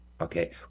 okay